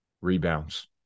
rebounds